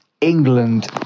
England